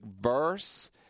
verse